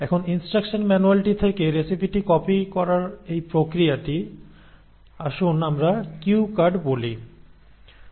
এখন ইনস্ট্রাকশন ম্যানুয়ালটি থেকে রেসিপিটি কপি করার এই প্রক্রিয়াটি আসুন আমরা একে কিউ কার্ড বলি